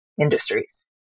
industries